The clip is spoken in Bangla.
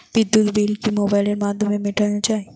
বিদ্যুৎ বিল কি মোবাইলের মাধ্যমে মেটানো য়ায়?